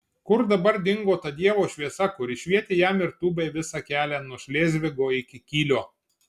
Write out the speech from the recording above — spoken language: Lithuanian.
kur dabar dingo ta dievo šviesa kuri švietė jam ir tubai visą kelią nuo šlėzvigo iki kylio